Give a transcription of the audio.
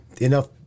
enough